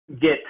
get